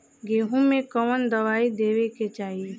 गेहूँ मे कवन दवाई देवे के चाही?